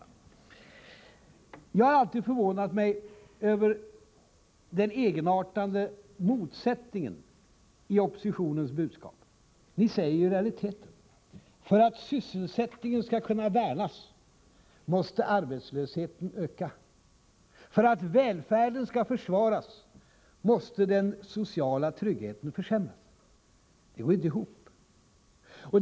Jag har alltid förvånat mig över den egenartade motsättningen i oppositionens budskap. Ni säger i realiteten: För att sysselsättningen skall kunna värnas måste arbetslösheten öka. För att välfärden skall försvaras måste den sociala tryggheten försämras. Det går inte ihop.